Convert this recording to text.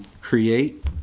create